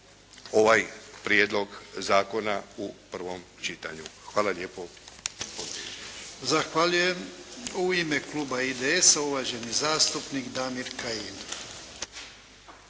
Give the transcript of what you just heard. ovaj prijedlog zakona u prvom čitanju. Hvala lijepo. **Jarnjak, Ivan (HDZ)** Zahvaljujem. U ime kluba IDS-a uvaženi zastupnik Damir Kajin.